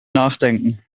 nachdenken